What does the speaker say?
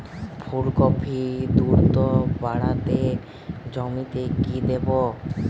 ফুলকপি দ্রুত বাড়াতে জমিতে কি দেবো?